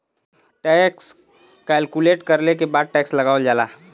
tax calculate करले के बाद टैक्स लगावल जाला